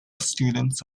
students